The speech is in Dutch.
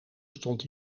stond